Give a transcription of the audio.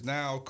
now